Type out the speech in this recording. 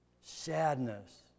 sadness